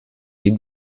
niet